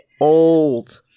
old